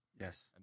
yes